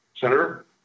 Senator